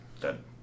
Dead